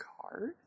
card